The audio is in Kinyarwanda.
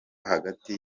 hagati